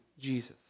Jesus